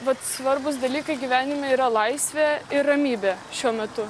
vat svarbūs dalykai gyvenime yra laisvė ir ramybė šiuo metu